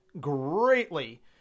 greatly